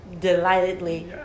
delightedly